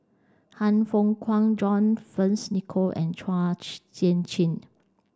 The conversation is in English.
Han Fook Kwang John Fearns Nicoll and Sian Chin